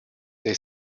they